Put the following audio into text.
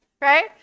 right